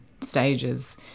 stages